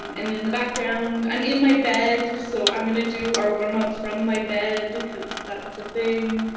and in the background. i'm in my bed, so i'm gonna do our warm up from my bed cause that's a thing.